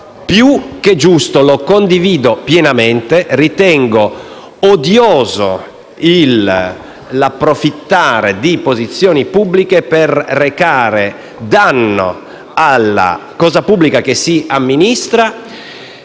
Più che giusto e lo condivido pienamente, ma ritengo odioso l'approfittare di posizioni pubbliche per recare danno alla cosa pubblica che si amministra,